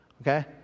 Okay